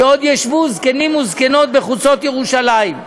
שעוד ישבו זקנים וזקנות בחוצות ירושלים.